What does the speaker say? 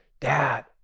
dad